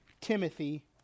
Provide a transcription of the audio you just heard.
Timothy